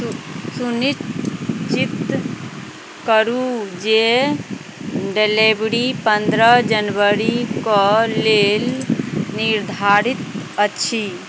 सुनिचित करू जे डलेबरी पन्द्रह जनबरी कऽ लेल निर्धारित अछि